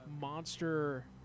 Monster